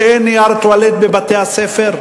שאין נייר טואלט בבתי-הספר?